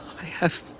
i have